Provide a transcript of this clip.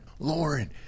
Lauren